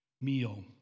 meal